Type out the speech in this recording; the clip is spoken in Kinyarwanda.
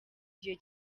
gihe